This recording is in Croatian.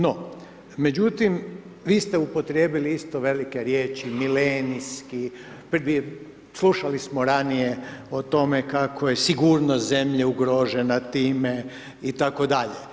No međutim, vi ste upotrijebili velike riječi, milenijski, slušali smo ranije o tome kako je sigurnost zemlje ugrožena time itd.